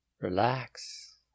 Relax